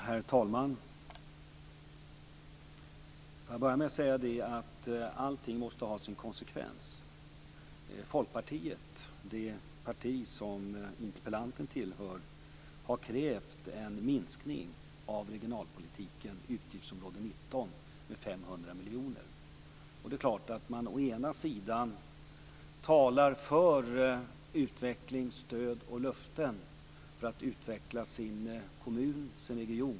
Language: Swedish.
Herr talman! Jag vill börja med att säga att allting har sin konsekvens. Folkpartiet, det parti som interpellanten tillhör, har krävt en minskning i regionalpolitikens utgiftsområde 19 med 500 miljoner kronor. Å ena sidan talar man för utveckling, stöd och löften för att utveckla sin kommun och region.